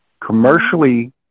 Commercially